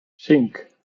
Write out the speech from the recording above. cinc